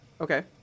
Okay